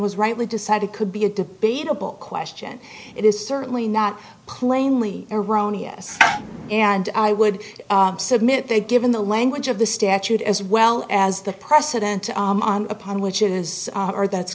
was rightly decided could be a debatable question it is certainly not plainly erroneous and i would submit they given the language of the statute as well as the precedents upon which it is are that's